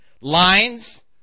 Lines